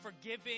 forgiving